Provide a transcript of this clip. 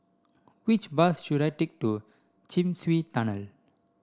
which bus should I take to Chin Swee Tunnel